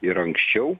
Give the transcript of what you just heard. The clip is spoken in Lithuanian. ir anksčiau